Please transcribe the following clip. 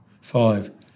Five